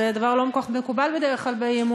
זה דבר לא כל כך מקובל בדרך כלל באי-אמון.